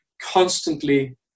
constantly